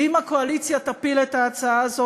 ואם הקואליציה תפיל את ההצעה הזאת,